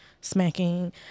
smacking